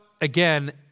again